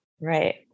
Right